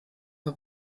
war